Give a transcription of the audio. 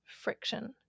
friction